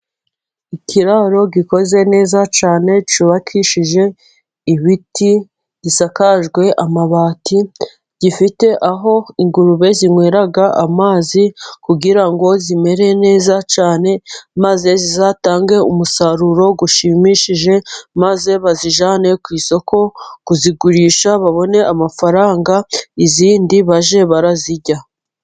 Ikiraro gikoze neza cyane, cyubakishije ibiti, gisakajwe amabati, gifite aho ingurube zinywera amazi kugira ngo zimere neza cyane, maze zizatange umusaruro ushimishije, maze bazijyane ku isoko kuzigurisha babone amafaranga, izindi bajye barazirya.